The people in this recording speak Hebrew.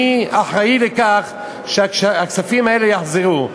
מי האחראי לכך שהכספים האלה יחזרו?